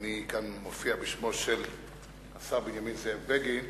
אני מופיע כאן בשמו של השר בנימין בגין,